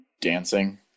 dancing